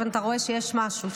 אם אתה רואה שיש משהו.